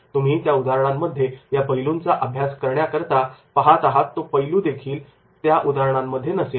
तुम्ही त्या उदाहरणांमध्ये या पैलूंचा अभ्यास करण्याकरता पहात आहात तो पैलू देखील त्या उदाहरणांमध्ये नसेल